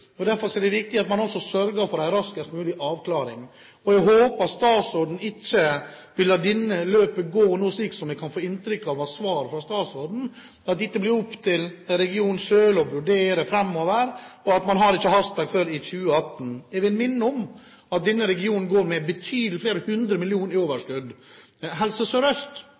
Derfor er det viktig at man sørger for en raskest mulig avklaring. Jeg håper statsråden ikke vil la dette løpet gå nå, slik en kan få inntrykk av i svaret fra statsråden, og å la det bli opp til regionen selv å vurdere framover – og man har ikke hastverk før i 2018. Jeg vil minne om at denne regionen går med et betydelig overskudd, med flere hundre millioner i overskudd. Helse